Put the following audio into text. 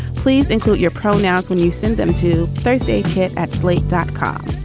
please include your pronouns when you send them to thursday here at slate dot com.